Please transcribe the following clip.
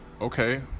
okay